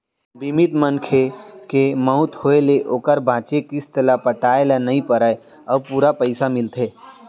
बीमित मनखे के मउत होय ले ओकर बांचे किस्त ल पटाए ल नइ परय अउ पूरा पइसा मिलथे